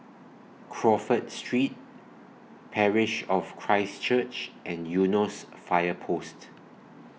Crawford Street Parish of Christ Church and Eunos Fire Post